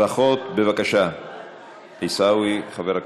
ברכות, בבקשה, עיסאווי, חבר הכנסת.